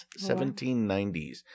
1790s